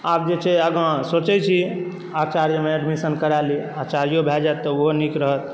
आब जे छै आगाँ सोचय छी आचार्यमे एडमिशन करा ली आचार्यो भए जाइत तऽ उहो नीक रहत